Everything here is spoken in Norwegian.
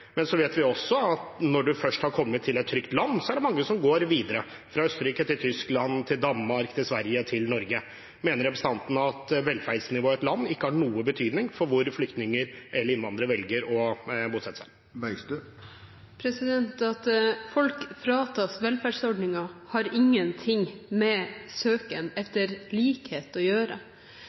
Men vi vet at når man først har kommet til et trygt land, er det mange som går videre – fra Østerrike til Tyskland til Danmark til Sverige og til Norge. Mener representanten at velferdsnivået i et land ikke har noen betydning for hvor flyktninger eller innvandrere velger å bosette seg? At folk fratas velferdsordninger, har ingen ting med søken etter likhet å gjøre.